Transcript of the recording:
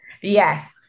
Yes